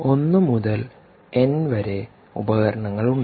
1 മുതൽ N വരെ ഉപകരണങ്ങൾ ഉണ്ട്